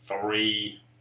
three